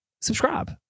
Subscribe